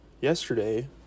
yesterday